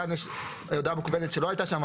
כאן יש הודעה מקוונת שלא הייתה שם,